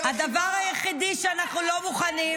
היא יכולה לדבר כמה שהיא